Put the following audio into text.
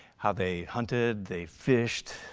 how they hunted, they fished,